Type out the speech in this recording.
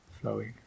flowing